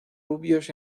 rubios